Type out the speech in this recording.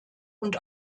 und